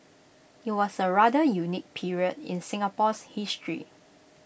IT was A rather unique period in Singapore's history